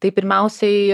tai pirmiausiai